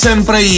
Sempre